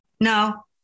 No